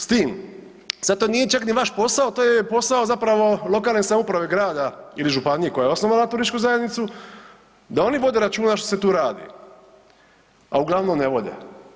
S tim, sad to nije čak ni vaš posao, to je posao zapravo lokalne samouprave, grada ili županije koja je osnovala turističku zajednicu da oni vode računa što se tu radi, a uglavnom ne vode.